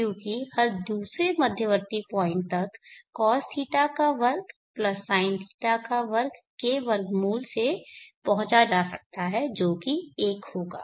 क्योंकि हर दूसरे मध्यवर्ती पॉइंट तक कॉस θ cos θ का वर्ग प्लस साइन θ sine θ का वर्ग के वर्गमूल से पहुँचा जा सकता है जो कि 1 होगा